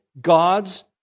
God's